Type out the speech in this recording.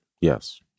yes